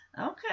Okay